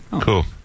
Cool